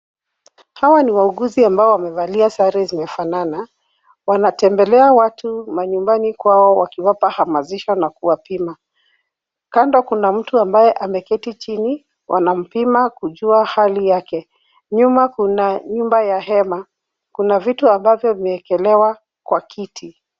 Hawa ni wauguzi ambao wamevalia sare zinazofanana. Wanatembelea watu manyumbani kwao wakiwapa hamasisho na kuwapima. Kando kuna mtu ambaye ameketi chini. Wanampima kujua hali yake. Nyuma kuna nyumba ya hema na vitu ambavyo vimeekelewa kwa kiti.